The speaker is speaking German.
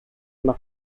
nach